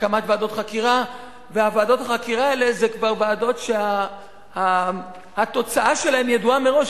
ועדות החקירה האלה זה כבר ועדות שהתוצאה שלהן ידועה מראש,